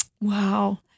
wow